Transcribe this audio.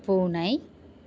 பூனை